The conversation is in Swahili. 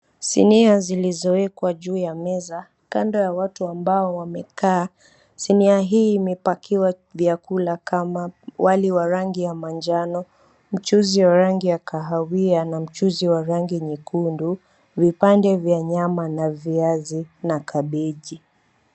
Sinia zilizoekwa juu ya meza, kando ya watu ambao wamekaa. Sinia hii imepakiwa vyakula kama: wali wa rangi ya manjano, mchuzi wa rangi ya kahawia na mchuzi wa rangi nyekundu, vipande vya nyama na viazi, na kabeji.